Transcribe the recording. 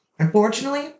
Unfortunately